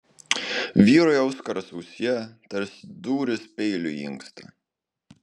vyrui auskaras ausyje tarsi dūris peiliu į inkstą